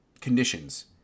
conditions